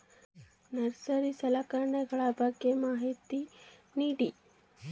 Nursery ಸಲಕರಣೆಗಳ ಬಗ್ಗೆ ಮಾಹಿತಿ ನೇಡಿ?